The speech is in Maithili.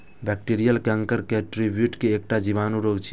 बैक्टीरियल कैंकर कीवीफ्रूट के एकटा जीवाणु रोग छियै